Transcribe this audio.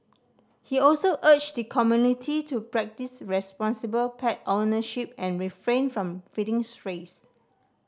he also urged the community to practise responsible pet ownership and refrain from feeding strays